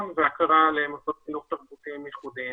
והכרה למוסדות חינוך תרבותיים ייחודיים.